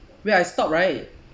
wait I stop right